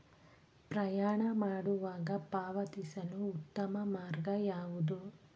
ಪ್ರಯಾಣ ಮಾಡುವಾಗ ಪಾವತಿಸಲು ಉತ್ತಮ ಮಾರ್ಗ ಯಾವುದು?